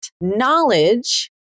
Knowledge